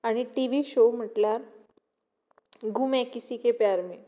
आनी TV show म्हणल्यार गूम है किसी के प्यार में